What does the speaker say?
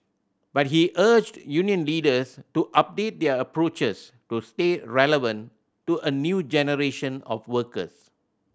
but he urged union leaders to update their approaches to stay relevant to a new generation of workers